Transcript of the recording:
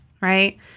right